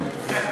כן.